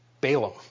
Balaam